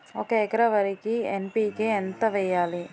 ఒక ఎకర వరికి ఎన్.పి కే ఎంత వేయాలి?